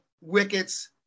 wickets